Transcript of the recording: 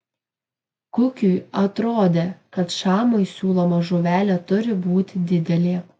kukiui atrodė kad šamui siūloma žuvelė turi būti didelė